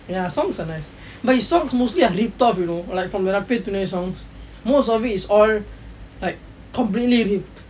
ya songs are nice but his songs mostly are ripped off you know like from Natpe Thunai thunai songs most of it is all like completely ripped